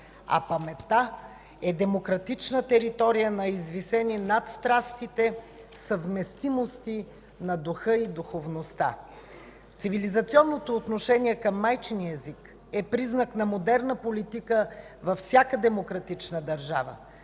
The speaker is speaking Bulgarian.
а паметта е демократична територия на извисените над страстите съвместимости на духа и духовността. Цивилизационното отношение към майчиния език е признак на модерна политика във всяка демократична държава.